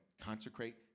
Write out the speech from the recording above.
consecrate